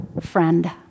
friend